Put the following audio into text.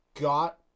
got